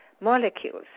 molecules